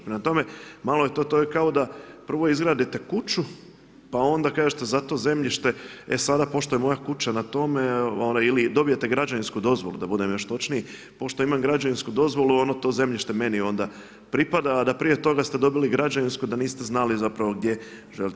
Prema tome, malo je to, to je kao da, prvo izgradite kuću, pa onda kažete za to zemljište, e sada pošto je moja kuća na tome, ili dobijete građevinsku dozvolu, da budem još točniji, pošto imam građevinsku dozvolu, to zemljište meni onda pripada, a da prije toga ste dobili građevinsku, da niste znali, zapravo gdje želite.